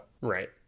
Right